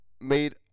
made